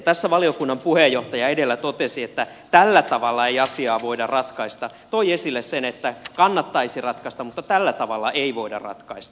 tässä valiokunnan puheenjohtaja edellä totesi että tällä tavalla ei asiaa voida ratkaista toi esille sen että kannattaisi ratkaista mutta tällä tavalla ei voida ratkaista